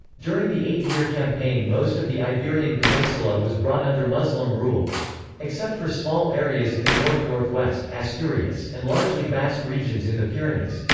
during the eight-year campaign most of the iberian peninsula was brought under muslim rule except for small areas in the north-northwest ah so and largely basque regions in the pyrenees.